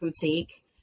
boutique